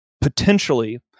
potentially